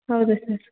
ಹೌದು ಸರ್